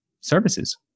services